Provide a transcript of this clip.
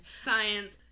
Science